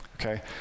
okay